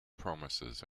promises